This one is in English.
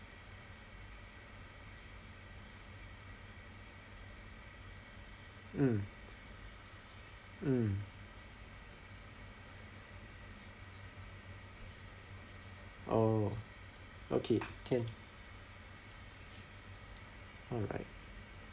mm mm oh okay can alright